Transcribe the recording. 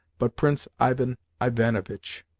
but prince ivan ivanovitch!